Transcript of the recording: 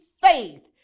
faith